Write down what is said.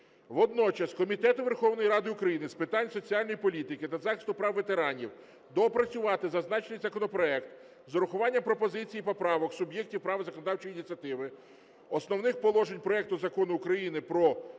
Водночас Комітету Верховної Ради України з питань соціальної політики та захисту прав ветеранів доопрацювати зазначений законопроект з врахуванням пропозицій і поправок суб'єктів права законодавчої ініціативи, основних положень проекту Закону України про внесення